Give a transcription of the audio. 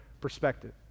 perspective